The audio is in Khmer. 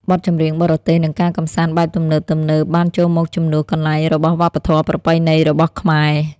បទចម្រៀងបរទេសនិងការកម្សាន្តបែបទំនើបៗបានចូលមកជំនួសកន្លែងរបស់វប្បធម៌ប្រពៃណីរបស់ខ្មែរ។